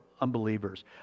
unbelievers